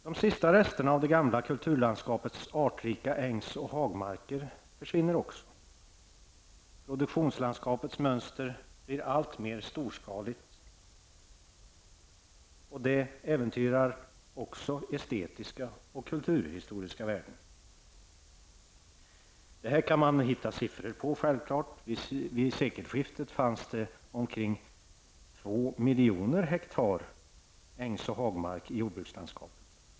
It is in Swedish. De sista resterna av det gamla kulturlandskapets artrika ängs och hagmarker försvinner också. Produktionslandskapets mönster blir alltmer storskaligt, och det äventyrar också estetiska och kulturhistoriska värden. Detta kan man hitta siffror på. Vid sekelskiftet fanns det omkring två miljoner hektar ängs och hagmarker i jordbrukslandskapet.